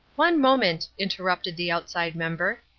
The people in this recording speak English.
one moment, interrupted the outside member.